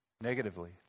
negatively